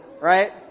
Right